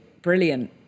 brilliant